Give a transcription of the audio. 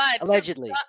Allegedly